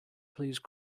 please